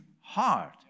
heart